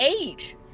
age